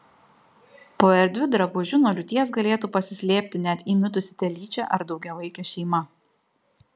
po erdviu drabužiu nuo liūties galėtų pasislėpti net įmitusi telyčia ar daugiavaikė šeima